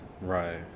Right